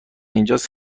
اینجاس